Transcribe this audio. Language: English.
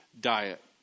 diet